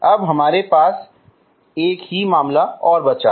अब हमारे पास एक ही मामला और बचा है